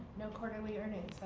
no quarterly earnings,